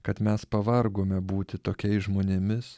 kad mes pavargome būti tokiais žmonėmis